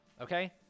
okay